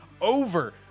over